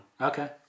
Okay